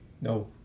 No